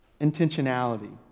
intentionality